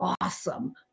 awesome